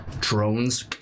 drones